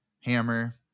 hammer